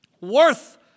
worth